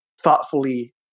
thoughtfully